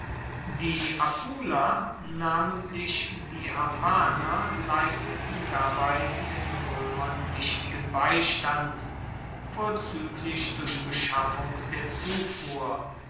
die apuler namentlich die arpaner leisteten dabei den roemern wichtigen beistand vorzueglich durch beschaffung der zufuhr